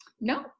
No